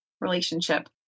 relationship